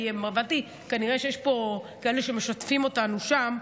כי הבנתי שכנראה יש פה כאלה שמשתפים אותנו שם,